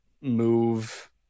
move